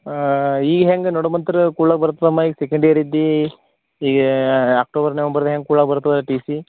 ಈಗ ಹೆಂಗೆ ನಡು ಮಂತ್ರ ಕೊಡ್ಲಾಕೆ ಬರ್ತದಮ್ಮ ಈಗ ಸೆಕೆಂಡ್ ಇಯರ್ ಇದ್ದೀ ಈಗ ಅಕ್ಟೋಬರ್ ನವಂಬರ್ ಹ್ಯಾಂಗೆ ಕೊಡ್ಲಾಕೆ ಬರ್ತದ ಟಿ ಸಿ